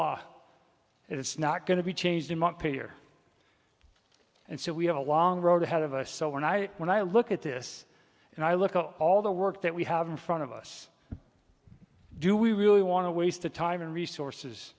law it's not going to be changed among peer and so we have a long road ahead of us so when i when i look at this and i look at all the work that we have in front of us do we really want to waste the time and resources